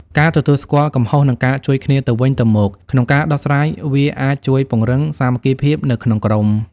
ការទទួលស្គាល់កំហុស និងការជួយគ្នាទៅវិញទៅមកក្នុងការដោះស្រាយវាអាចជួយពង្រឹង សាមគ្គីភាព នៅក្នុងក្រុម។